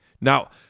Now